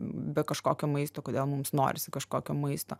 be kažkokio maisto kodėl mums norisi kažkokio maisto